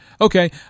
Okay